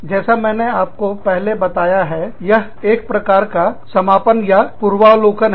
जैसा मैंने पहले आपको बताया है यह एक प्रकार का समापन या पूर्वावलोकन है